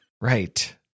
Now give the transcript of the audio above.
Right